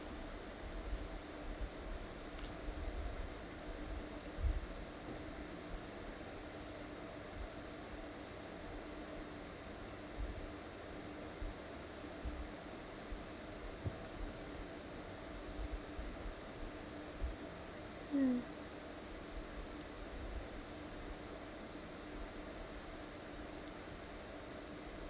mm